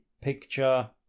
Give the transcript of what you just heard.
picture